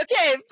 Okay